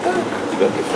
כבוד היושב-ראש,